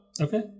Okay